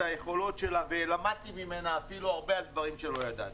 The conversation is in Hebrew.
היכולות שלה ולמדתי ממנה הרבה על דברים שלא ידעתי.